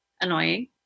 annoying